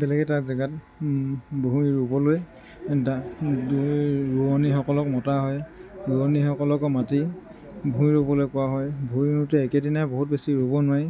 বেলেগ এটা জাগাত ভূঁই ৰোবলৈ এই ৰোৱনীসকলক মতা হয় ৰোৱনীসকলক মাতি ভূঁই ৰোবলৈ কোৱা হয় ভূঁই ৰোওঁতে একেদিনাই বহুত বেছি ৰোব নোৱাৰি